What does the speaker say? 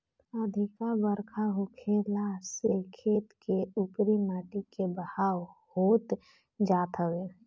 अधिका बरखा होखला से खेत के उपरी माटी के बहाव होत जात हवे